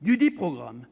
sortants.